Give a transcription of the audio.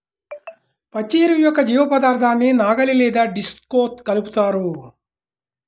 పచ్చి ఎరువు యొక్క జీవపదార్థాన్ని నాగలి లేదా డిస్క్తో కలుపుతారు